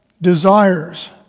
desires